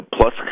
Plus